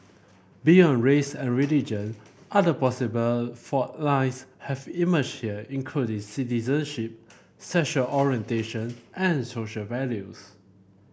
beyond race and religion other possible fault lines have emerged here including citizenship sexual orientation and social values